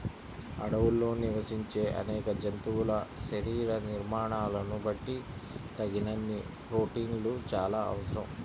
అడవుల్లో నివసించే అనేక జంతువుల శరీర నిర్మాణాలను బట్టి తగినన్ని ప్రోటీన్లు చాలా అవసరం